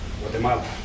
Guatemala